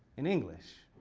in english,